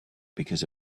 because